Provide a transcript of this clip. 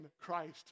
Christ